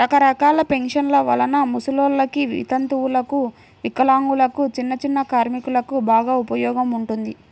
రకరకాల పెన్షన్ల వలన ముసలోల్లకి, వితంతువులకు, వికలాంగులకు, చిన్నచిన్న కార్మికులకు బాగా ఉపయోగం ఉంటుంది